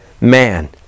man